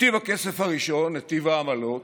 נתיב הכסף הראשון, נתיב העמלות,